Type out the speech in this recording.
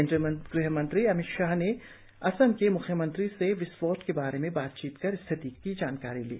केन्द्रीय गृहमंत्री अमित शाह ने असम के मुख्यमंत्री से विस्फोट के बारे में बातचीत कर स्थिति की जानकारी ली